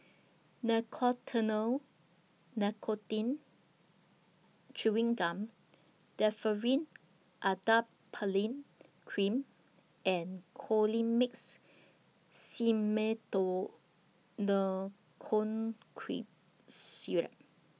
Nicotinell Nicotine Chewing Gum Differin Adapalene Cream and Colimix Syrup